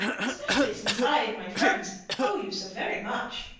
especially since i and my friends owe you so very much.